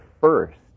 first